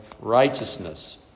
righteousness